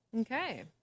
Okay